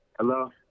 Hello